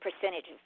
percentages